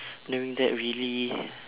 knowing that really